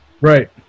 Right